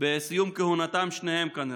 בסיום כהונת שניהם, כנראה.